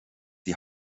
die